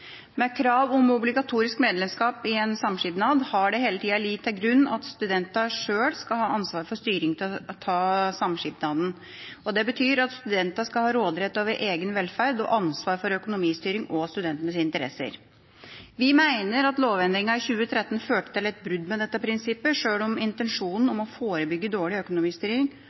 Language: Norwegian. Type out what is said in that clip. Med krav om obligatorisk medlemskap i en samskipnad har det hele tida ligget til grunn at studentene sjøl skal ha ansvar for styring av samskipnadene. Det betyr at studentene skal ha råderett over egen velferd og ansvar for økonomistyring og studentenes interesser. Vi mener at lovendringa i 2013 førte til et brudd med dette prinsippet, sjøl om intensjonen